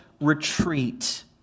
retreat